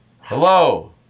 hello